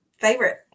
favorite